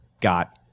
got